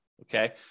Okay